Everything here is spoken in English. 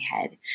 head